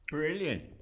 Brilliant